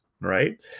right